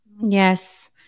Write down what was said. Yes